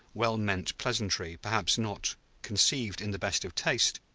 well-meant pleasantry, perhaps not conceived in the best of taste,